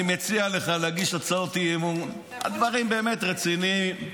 אני מציע לך להגיש הצעות אי-אמון על דברים באמת רציניים,